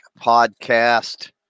podcast